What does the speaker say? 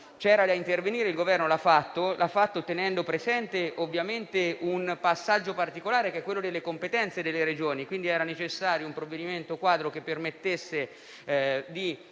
C'era da intervenire, e il Governo l'ha fatto tenendo presente, ovviamente, un passaggio particolare, che è quello delle competenze delle Regioni. Era quindi necessario un provvedimento quadro che permettesse di